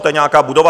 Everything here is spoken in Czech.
To je nějaká budova?